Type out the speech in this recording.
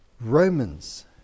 Romans